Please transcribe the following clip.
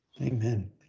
Amen